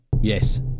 Yes